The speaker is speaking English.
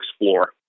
explore